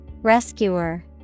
Rescuer